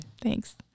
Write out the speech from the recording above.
Thanks